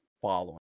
following